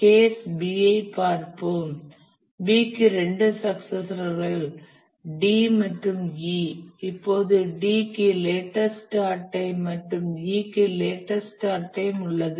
case B ஐ பார்ப்போம் B க்கு இரண்டு சக்சசர்கள் D மற்றும் E இப்போது D க்கு லேட்டஸ்ட் ஸ்டார்ட் டைம் மற்றும் E க்கு லேட்டஸ்ட் ஸ்டார்ட் டைம் உள்ளது